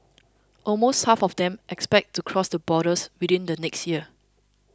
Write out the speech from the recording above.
almost half of them expect to cross the borders within the next year